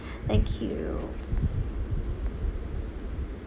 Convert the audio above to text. thank you